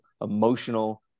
emotional